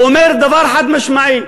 הוא אומר דבר חד-משמעי: